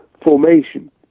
formation